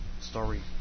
story